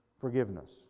forgiveness